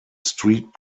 street